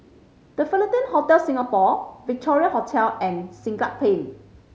The Fullerton Hotel Singapore Victoria Hotel and Siglap Pain